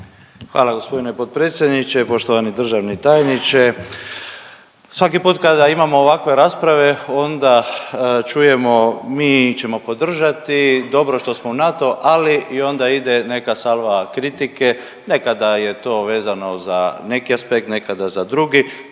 Hvala g. potpredsjedniče. Poštovani državni tajniče. Svaki put kada imamo ovakve rasprave onda čujemo mi ćemo podržati, dobro što smo u NATO, ali i onda ide neka salva kritike, nekada je to vezano za neki aspekt, nekada za drugi